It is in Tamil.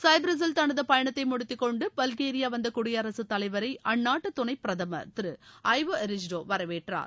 சைபிரசில் தனது பயணத்தை முடித்துக்கொண்டு பல்கேரியா வந்த குடியரசுத் தலைவரை அந்நாட்டு துணைப் பிரதமர் திரு ஐவோ ஹிரிஷ்டோ வரவேற்றார்